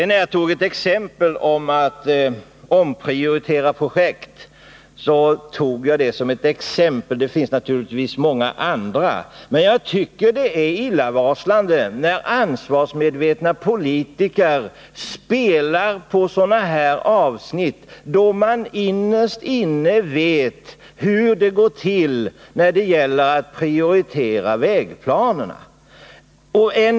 När jag nämnde omprioritering av projekt gjorde jag det för att ta ett exempel — det finns naturligtvis många andra. Men jag tycker det är illavarslande, när ansvarsmedvetna politiker anspelar på sådana saker, eftersom de innerst inne vet hur det går till att prioritera vägplaner.